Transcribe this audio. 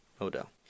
Odell